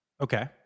Okay